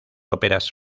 óperas